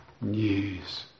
news